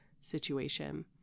situation